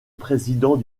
président